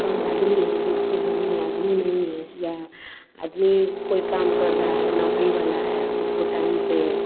कम आदमी हैं जिसके घर में आदमी नहीं हैं या आदमी कोई काम कर रहा है नौकरी वाला है उसको टाइम से